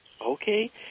Okay